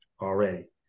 already